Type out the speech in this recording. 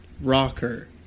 rocker